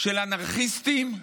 "אנרכיסטים",